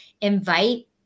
invite